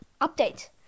update